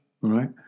right